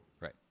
right